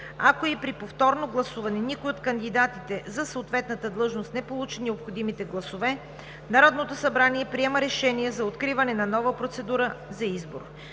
Ако и при повторното гласуване никой от кандидатите за съответната длъжност не получи необходимите гласове, Народното събрание приема решение за откриване на нова процедура за избор.